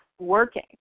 working